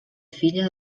filla